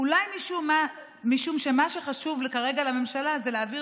אולם משום שמה שחשוב כרגע לממשלה זה להעביר